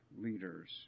leaders